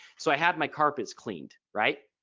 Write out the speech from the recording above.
so i had my carpets cleaned right.